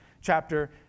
chapter